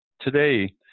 today